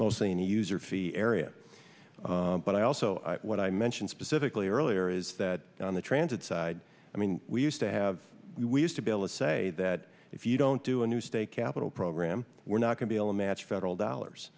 mostly new user fee areas but also what i mentioned specifically earlier is that on the transit side i mean we used to have we used to be able to say that if you don't do a new state capital program we're not going below match federal dollars